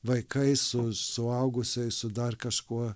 vaikais su suaugusiais su dar kažkuo